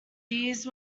these